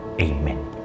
Amen